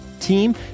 team